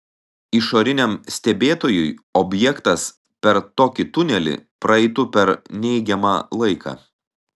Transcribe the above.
išoriniam stebėtojui objektas per tokį tunelį praeitų per neigiamą laiką